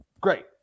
great